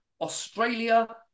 Australia